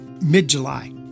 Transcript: mid-July